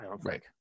right